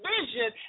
vision